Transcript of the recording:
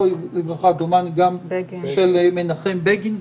דומני גם של מנחם בגין,